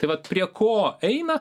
tai vat prie ko eina